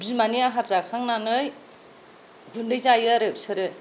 बिमानि आहार जाखांनानै गुन्दै जायो आरो बिसोरो